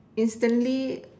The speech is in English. instantly